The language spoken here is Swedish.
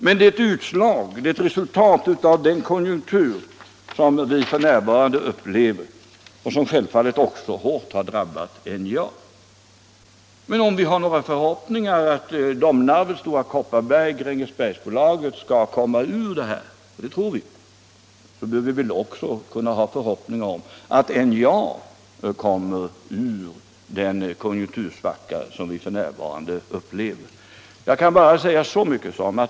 Men det är ett resultat av den konjunktur som vi f. n. upplever och som självfallet har drabbat NJA hårt. Men om vi har några förhoppningar om att Stora Kopparberg .och Grängesberg skall komma till rätta med detta — och det tror vi — bör vi också kunna ha en förhoppning om att NJA kommer till rätta med den konjunktursvacka som vi f. n. upplever.